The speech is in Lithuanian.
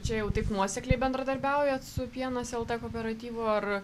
čia jau taip nuosekliai bendradarbiaujat su pienas lt kooperatyvu ar